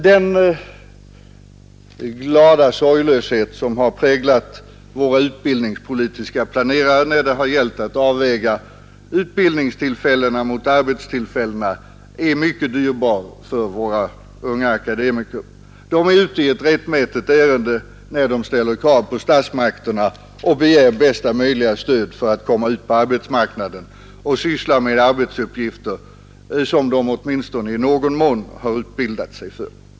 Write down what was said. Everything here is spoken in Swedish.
Den glada sorglöshet som präglat våra utbildningspolitiska planerare när det gällt att avväga utbildningstillfällena mot arbetstillfällena är mycket dyrbar för de unga akademikerna. De är ute i ett rättmätigt ärende när de begär största möjliga stöd av statsmakterna för att kunna komma ut på arbetsmarknaden och syssla med arbetsuppgifter som de åtminstone i någon mån har utbildat sig för.